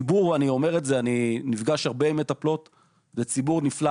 אני נפגש הרבה עם מטפלות ואני אומר מניסיון שזו תשתית של ציבור נפלא,